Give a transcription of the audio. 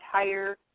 entire